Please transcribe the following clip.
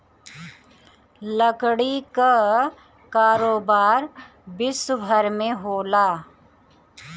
लकड़ी कअ कारोबार विश्वभर में होला